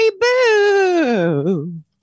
Boo